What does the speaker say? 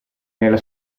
nella